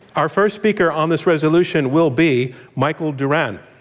our first speaker on this resolution will be michael doran.